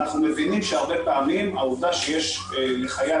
אנחנו מבינים שהרבה פעמים העובדה שיש לחייל